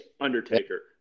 Undertaker